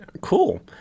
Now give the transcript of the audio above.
cool